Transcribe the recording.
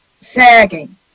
sagging